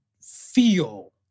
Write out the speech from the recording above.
feel